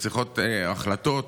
החלטות,